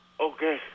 okay